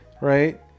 right